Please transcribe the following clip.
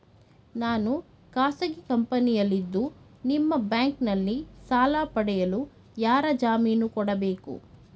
ನಾನು ಖಾಸಗಿ ಕಂಪನಿಯಲ್ಲಿದ್ದು ನಿಮ್ಮ ಬ್ಯಾಂಕಿನಲ್ಲಿ ಸಾಲ ಪಡೆಯಲು ಯಾರ ಜಾಮೀನು ಕೊಡಬೇಕು?